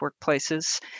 workplaces